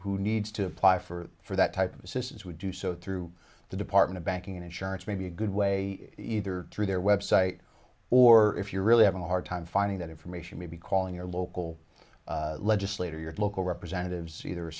who needs to apply for for that type of assistance would do so through the department of banking and insurance may be a good way either through their website or if you're really having a hard time finding that information maybe calling your local legislator your local representatives either